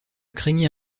craignez